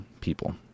people